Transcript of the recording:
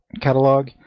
catalog